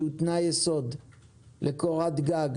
שהוא תנאי יסוד לקורת גג,